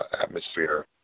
atmosphere